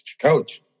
coach